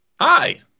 Hi